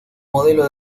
modelo